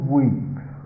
weeks